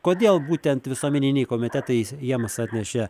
kodėl būtent visuomeniniai komitetai jiems atnešė